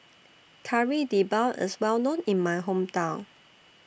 Kari Debal IS Well known in My Hometown